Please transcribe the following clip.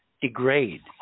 degrade